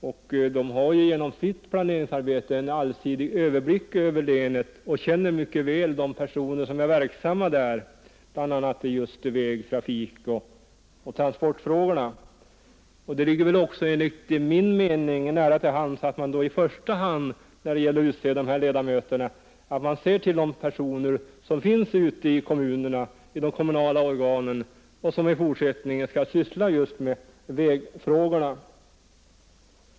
Lekmännen har genom sitt planeringsarbete en allsidig överblick över länet och känner mycket väl de personer som är verksamma där, bl.a. just i väg-, trafikoch transportfrågor. Det ligger då enligt min mening nära till hands att man när det gäller att utse dessa ledamöter i första hand utser personer som tillhör de kommunala organ som i fortsättningen skall syssla just med vägfrågorna.